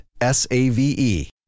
S-A-V-E